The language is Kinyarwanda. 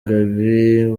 gaby